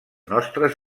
nostres